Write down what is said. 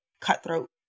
cutthroat